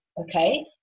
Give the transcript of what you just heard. Okay